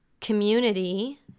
community